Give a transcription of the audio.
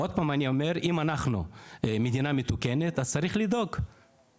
אם אנחנו מדינה מתוקנת אז צריך לדאוג לזה.